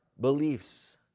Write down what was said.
beliefs